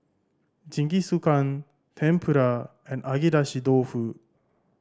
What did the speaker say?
Jingisukan Tempura and Agedashi Dofu